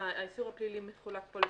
האיסור הפלילי מחולק פה לשניים.